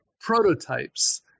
prototypes